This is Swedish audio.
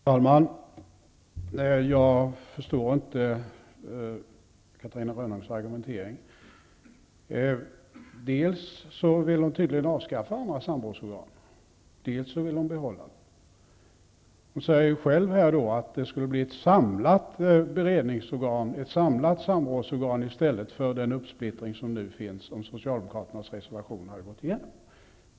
Herr talman! Jag förstår inte Catarina Rönnungs argumentering. Dels vill hon tydligen avskaffa andra samrådsorgan, dels vill hon behålla dem. Hon säger själv att det skulle bli ett samlat samrådsorgan i stället för den uppsplittring som nu råder, om socialdemokraternas reservation går igenom.